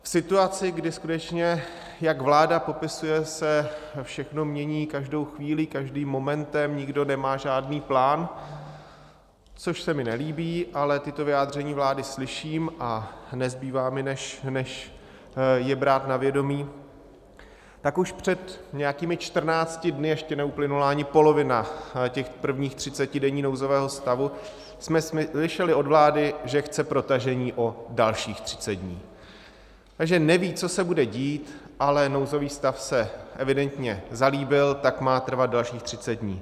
V situaci, kdy skutečně, jak vláda popisuje, se všechno mění každou chvílí, každým momentem, nikdo nemá žádný plán, což se mi nelíbí, ale tato vyjádření vlády slyším a nezbývá mi, než je brát na vědomí, tak už před nějakými 14 dny, ještě neuplynula ani polovina těch prvních 30 dní nouzového stavu, jsme slyšeli od vlády, že chce protažení o dalších 30 dní, že neví, co se bude dít, ale nouzový stav se evidentně zalíbil, tak má trvat dalších 30 dní.